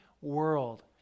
world